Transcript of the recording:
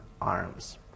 Arms